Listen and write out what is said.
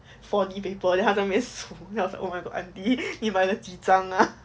four D paper then 他在那边数 then I was oh my god auntie 你到底买了几张啊